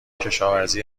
کشاورزی